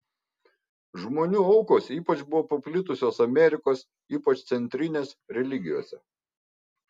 žmonių aukos ypač buvo paplitusios amerikos ypač centrinės religijose